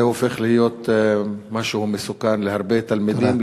זה הופך להיות משהו מסוכן להרבה תלמידים,